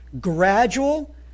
gradual